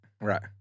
Right